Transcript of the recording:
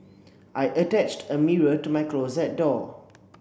I attached a mirror to my closet door